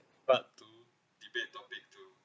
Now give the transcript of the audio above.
part two debate topic two